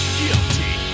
guilty